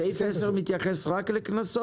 סעיף 10 מתייחס רק מקנסות?